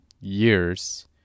years